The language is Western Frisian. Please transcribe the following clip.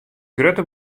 grutte